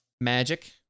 magic